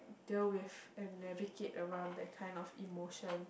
deal with and navigate around that kind of emotion